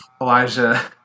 Elijah